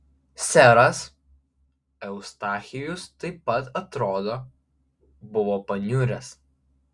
seras eustachijus taip pat atrodo buvo paniuręs